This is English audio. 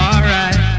Alright